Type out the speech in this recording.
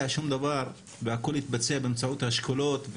שום דבר אלא הכל יתבצע באמצעות האשכולות,